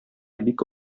бик